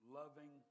loving